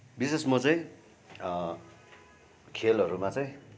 विशेष मविशेष म चाहिँ खेलहरूमा चाहिँ चाहिँ खेलहरूमा चाहिँ